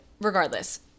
regardless